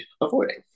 avoiding